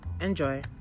enjoy